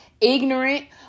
ignorant